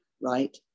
Right